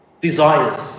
desires